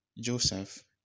Joseph